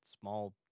small